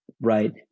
right